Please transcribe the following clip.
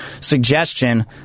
suggestion